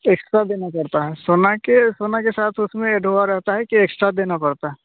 extra देना पड़ता है सोने के सोने के साथ उसमें ऐड हुआ रहता है कि एक्स्ट्रा देना पड़ता है